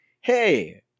hey